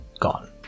gone